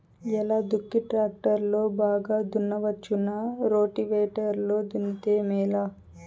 ఎలా దుక్కి టాక్టర్ లో బాగా దున్నవచ్చునా రోటివేటర్ లో దున్నితే మేలా?